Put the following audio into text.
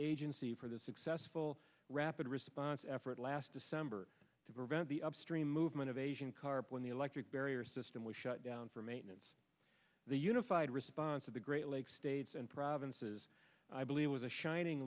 agency for the successful rapid response effort last december to prevent the upstream movement of asian carp when the electric barrier system was shut down for maintenance the unified response of the great lakes states and provinces i believe was a shining